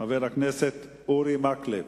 חבר הכנסת אורי מקלב.